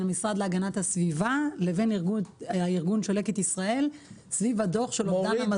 המשרד להגנת הסביבה לבין ארגון לקט ישראל סביב הדוח של אובדן המזון.